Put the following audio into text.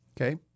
Okay